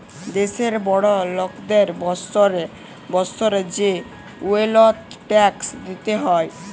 দ্যাশের বড় লকদের বসরে বসরে যে ওয়েলথ ট্যাক্স দিতে হ্যয়